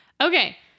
Okay